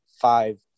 five